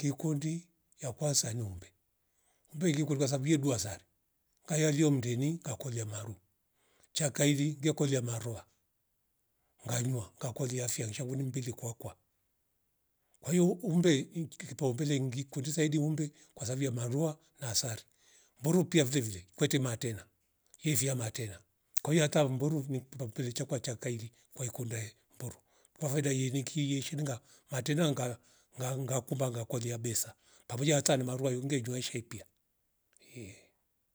Kikundi ya kwanza ni umbe, umbe li kweru kwasabu yedua sari ngaya lio mndeni ngakolia maru cha kaili ngekolia marua ngaluwa ngakolia fia nsha ngunimbile kwakwa kwahio umbe in- inkipaumbele ingi kundi zaidi umbe kwasavia marua na asali mburu kia vilevile kwete matena hivia matena kwahia ata mburu vin pulamperecha kwacha kaili kwaikunde mburu kwa faida yenikie shinga na metana ngawa ngaunga kumba ngakolia besa pamoja hata na marua ynge jiwashepia ehh